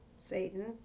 satan